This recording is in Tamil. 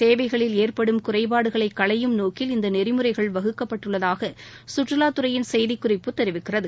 சேவைகளில் எற்படும் குறைபாடுகளை களையும் நோக்கில் இந்த நெறிமுறைகள் வகுக்கப்பட்டுள்ளதாக சுற்றுலாத்துறையின் செய்திக்குறிப்பு தெரிவிக்கிறது